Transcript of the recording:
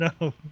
No